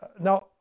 now